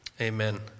Amen